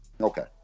Okay